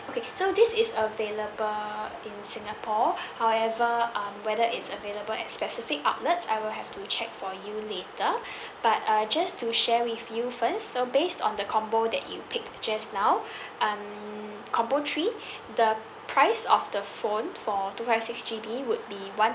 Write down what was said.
okay so this is available in singapore however um whether it's available at specific outlets I will have to check for you later but uh just to share with you first so based on the combo that you picked just now um combo three the price of the phone for two five six G_B would be one